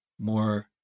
more